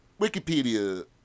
Wikipedia